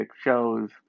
shows